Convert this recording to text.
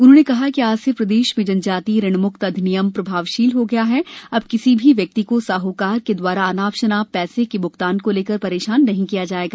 उन्होंने कहा कि आज से प्रदेश मे जनजातीय ऋणमुक्त अधिनियम प्रभावशील हो गया अब किसी भी ब्यक्ति को साहूकार के द्वारा अनाप शनाप पैसे के भुगतान को लेकर परेशान नही किया जायेगा